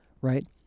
Right